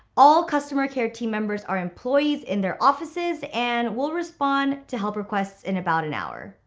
all customer care team members are employees in their offices and will respond to help requests in about an hour.